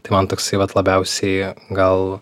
tai man toksai vat labiausiai gal